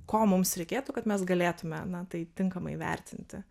ko mums reikėtų kad mes galėtume na tai tinkamai vertinti